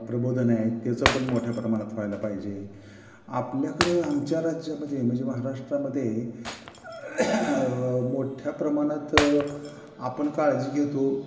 प्रबोधन आहेत त्याचं पण मोठ्या प्रमाणात व्हायला पाहिजे आपल्याकडं आमच्या राज्यामध्ये म्हणजे महाराष्ट्रामध्ये मोठ्या प्रमाणात आपण काळजी घेतो